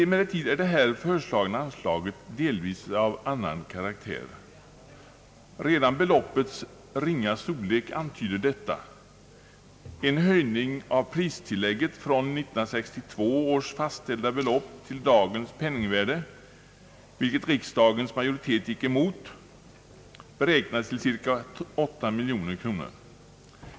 Emellertid är det här föreslagna anslaget delvis av annan karaktär. Redan beloppets ringa storlek antyder detta. En höjning av pristillägget från 1962 års fastställda belopp till dagens penningvärde, vilket riksdagens majoritet gick emot, beräknades till cirka åtta miljoner kronor.